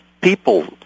people